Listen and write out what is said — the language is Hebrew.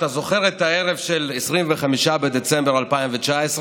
אתה זוכר את הערב של 25 בדצמבר 2019?